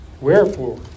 Wherefore